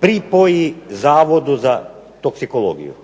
pripoji Zavodu za toksikologiju.